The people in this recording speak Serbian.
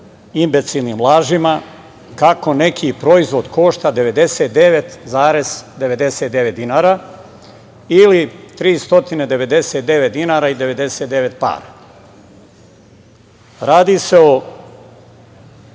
imbecilnim lažima kako neki proizvod košta 99,99 dinara ili 399 dinara i 99 para. Radi se o